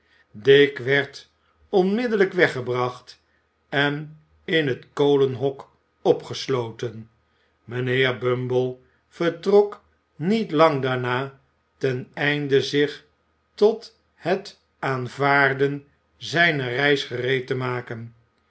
dick werd onmiddellijk weggebracht en in het kolenhok opgesloten mijnheer bumble vertrok niet lang daarna ten einde zich tot het aanvaarden zijner reis gereed te maken